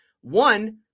one